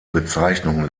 bezeichnung